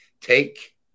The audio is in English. take